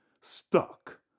stuck